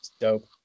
dope